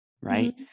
right